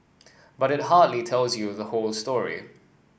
but it hardly tells you the whole story